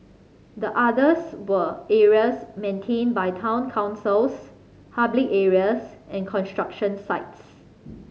the others were areas maintained by town councils public areas and construction sites